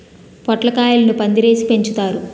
పొట్లకాయలను పందిరేసి పెంచుతారు